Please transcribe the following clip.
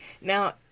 Now